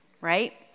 Right